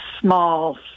small